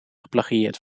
geplagieerd